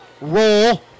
Roll